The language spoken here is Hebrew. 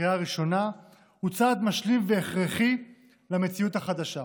בקריאה הראשונה הוא צעד משלים והכרחי במציאות החדשה.